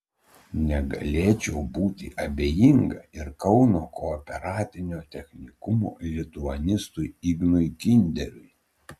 negalėčiau būti abejinga ir kauno kooperatinio technikumo lituanistui ignui kinderiui